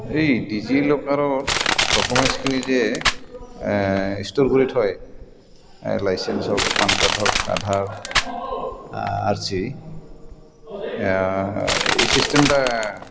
এই ডিজিলকাৰত ডকুমেণ্টছখিনি যে ষ্ট'ৰ কৰি থয় লাইচেঞ্চ হওক পান কাৰ্ড হওক আধাৰ আৰ চি এই ছিষ্টেম এটা